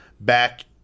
back